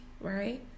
right